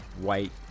white